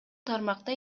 тармакта